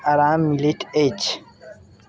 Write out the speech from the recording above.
आराम मिलैत अछि